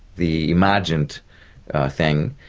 the imagined thing,